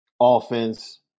offense